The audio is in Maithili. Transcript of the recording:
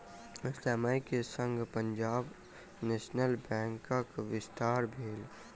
समय के संग पंजाब नेशनल बैंकक विस्तार भेल